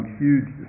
huge